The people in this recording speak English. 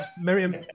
Miriam